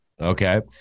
Okay